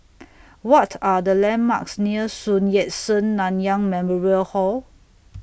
What Are The landmarks near Sun Yat Sen Nanyang Memorial Hall